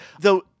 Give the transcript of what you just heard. Though-